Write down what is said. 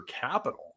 capital